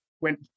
went